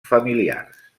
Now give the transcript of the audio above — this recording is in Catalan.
familiars